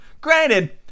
granted